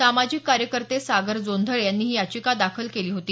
सामाजिक कार्यकर्ते सागर जोंधळे यांनी ही याचिका दाखल केली होती